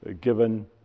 given